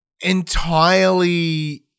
entirely